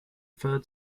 third